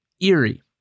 eerie